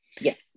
Yes